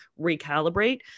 recalibrate